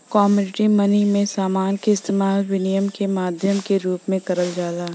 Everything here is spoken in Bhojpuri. कमोडिटी मनी में समान क इस्तेमाल विनिमय के माध्यम के रूप में करल जाला